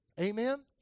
Amen